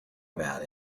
about